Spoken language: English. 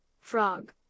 Frog